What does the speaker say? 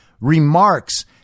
remarks